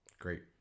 Great